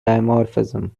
dimorphism